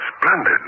splendid